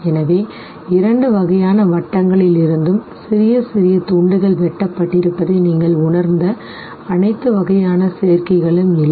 எனவே இரண்டு வகையான வட்டங்களிலிருந்தும் சிறிய சிறிய துண்டுகள் வெட்டப்பட்டிருப்பதை நீங்கள் உணர்ந்த அனைத்து வகையான சேர்க்கைகளும் இல்லை